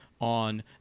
on